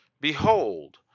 Behold